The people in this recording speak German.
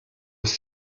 ist